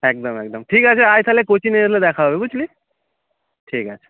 একদম একদম ঠিক আছে আয় থালে কোচিংয়ে এলে দেখা হবে বুঝলি ঠিক আছে